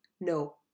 No